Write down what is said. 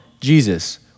Jesus